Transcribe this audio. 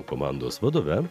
komandos vadove